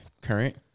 current